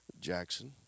Jackson